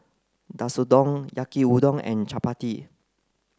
Katsudon Yaki Udon and Chapati